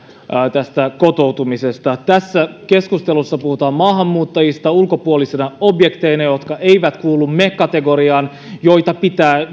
tästä kotoutumisesta tässä keskustelussa puhutaan maahanmuuttajista ulkopuolisina objekteina jotka eivät kuulu me kategoriaan ja joita pitää